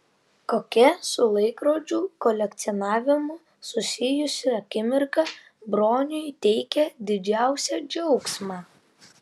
kokia su laikrodžių kolekcionavimu susijusi akimirka broniui teikia didžiausią džiaugsmą